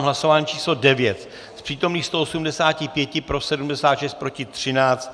Hlasování číslo 9, z přítomných 185 pro 76, proti 13.